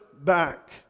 back